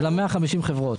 של 150 החברות.